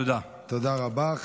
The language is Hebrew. תודה רבה.